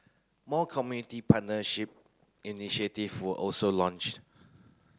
more community partnership initiative were also launched